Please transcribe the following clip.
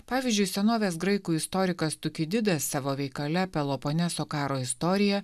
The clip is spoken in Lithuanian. pavyzdžiui senovės graikų istorikas tuki didas savo veikale peloponeso karo istorija